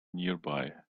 nearby